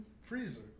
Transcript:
Freezer